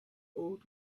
old